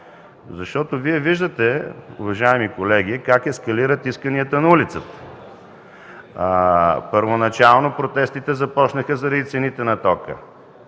защото Вие виждате, уважаеми колеги, как ескалират исканията на улицата. Първоначално протестите започнаха заради цените на тока